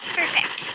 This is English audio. perfect